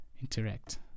interact